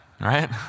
Right